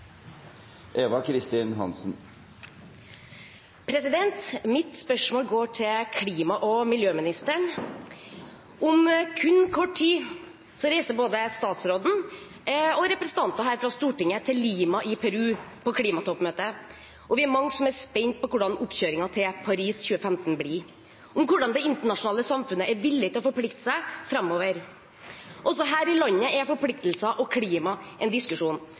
Mitt spørsmål går til klima- og miljøministeren. Om kun kort tid reiser både statsråden og representanter her fra Stortinget til Lima i Peru på klimatoppmøte, og vi er mange som er spente på hvordan oppkjøringen til Paris 2015 blir, på hvordan det internasjonale samfunnet er villig til å forplikte seg framover. Også her i landet er forpliktelser og klima en diskusjon